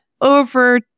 over